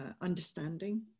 understanding